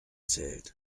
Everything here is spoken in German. zählt